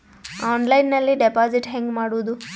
ಆನ್ಲೈನ್ನಲ್ಲಿ ಡೆಪಾಜಿಟ್ ಹೆಂಗ್ ಮಾಡುದು?